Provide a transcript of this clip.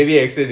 then